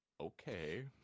okay